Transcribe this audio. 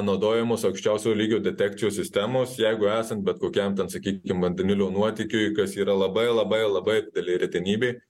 naudojamos aukščiausio lygio detekcijos sistemos jeigu esant bet kokiam ten sakykim vandenilio nuotėkiui kas yra labai labai labai didelė retenybė